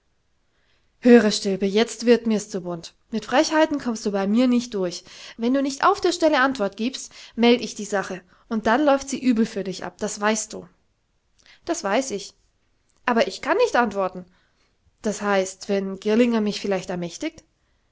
höre stilpe jetzt wird mirs zu bunt mit frechheiten kommst du bei mir nicht durch wenn du nicht auf der stelle antwort giebst meld ich die sache und dann läuft sie übel für dich ab das weißt du das weiß ich aber ich kann nicht antworten d h wenn girlinger mich vielleicht ermächtigt